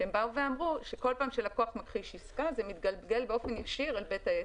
ואמרו שכל פעם שלקוח מכחיש עסקה זה מתגלגל באופן ישיר אל בית העסק.